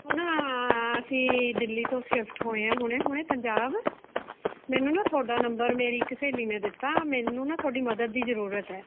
ਓ ਨਾ ਅਸੀਂ ਦਿੱਲੀ ਤੋਂ ਸਿਫ਼ਟ ਹੋਏ ਹਾਂ ਹੁਣੇ ਹੁਣੇ ਪੰਜਾਬ ਮੈਨੂੰ ਨਾ ਤੁਹਾਡਾ ਨੰਬਰ ਮੇਰੀ ਇੱਕ ਸਹੇਲੀ ਨੇ ਦਿੱਤਾ ਮੈਨੂੰ ਨਾ ਤੁਹਾਡੀ ਮੱਦਦ ਦੀ ਜ਼ਰੂਰਤ ਹੈ